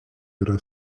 yra